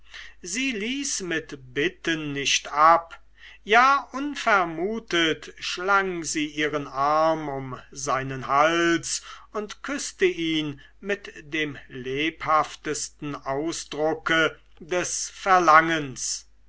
sie ließ mit bitten nicht ab ja unvermutet schlang sie ihren arm um seinen hals und küßte ihn mit dem lebhaftesten ausdrucke des verlangens